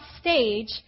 stage